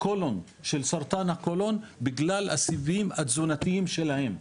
של סרטן קולון בגלל הסיבים התזונתיים שלו,